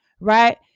right